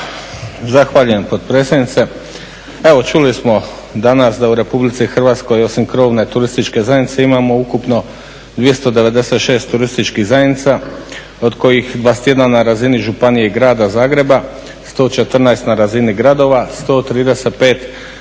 Zahvaljujem potpredsjednice. Evo čuli smo danas da u Republici Hrvatskoj osim krovne turističke zajednice imamo ukupno 296 turističkih zajednica od kojih 21 na razini županije i grada Zagreba, 114 na razini gradova, 135 na razini općina,